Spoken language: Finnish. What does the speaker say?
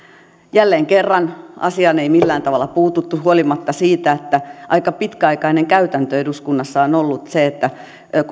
jälleen kerran asiaan ei millään tavalla puututtu huolimatta siitä että aika pitkäaikainen käytäntö eduskunnassa on on ollut se että